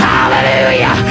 Hallelujah